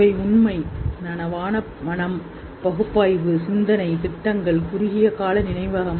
இவை உண்மை நனவான மனம் பகுப்பாய்வு சிந்தனை திட்டங்கள் குறுகிய கால நினைவகம்